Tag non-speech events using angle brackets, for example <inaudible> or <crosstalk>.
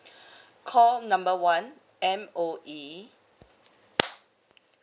call number one M_O_E <noise>